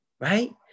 Right